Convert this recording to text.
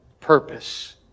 purpose